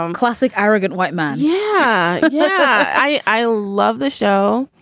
um classic, arrogant white man. yeah yeah i i love this show.